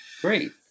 Great